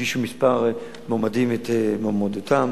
הגישו כמה מועמדים את מועמדותם,